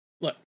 look